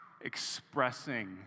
expressing